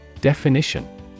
Definition